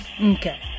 Okay